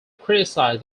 criticize